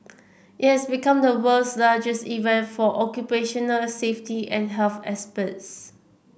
it has become the world's largest event for occupational safety and health experts